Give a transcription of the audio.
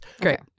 Great